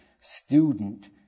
student